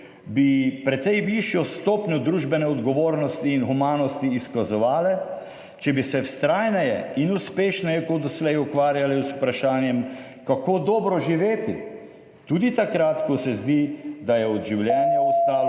bi precej višjo stopnjo družbene odgovornosti in humanosti izkazovale, če bi se vztrajneje in uspešneje kot doslej ukvarjali z vprašanjem, kako dobro živeti, tudi takrat, ko se zdi, da je od življenja ostalo